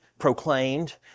proclaimed